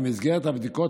במסגרת הבדיקות,